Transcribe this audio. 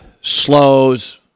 slows